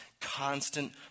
constant